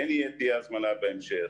כן תהיה הזמנה בהמשך,